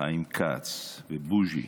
חיים כץ ובוז'י,